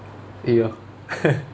ya